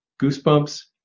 goosebumps